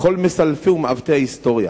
לכל מסלפי ומעוותי ההיסטוריה